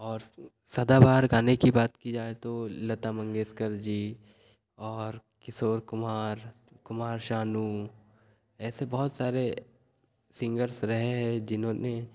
और सदाबहार गाने की बात की जाए तो लता मंगेशकर जी और किशोर कुमार कुमार शानू ऐसे बहुत सारे सिंगर्स रहे हैं जिन्होंने